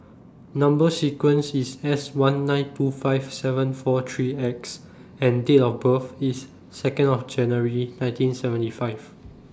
Number sequence IS S one nine two five seven four three X and Date of birth IS Second of January nineteen seventy five